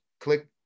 click